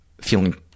feeling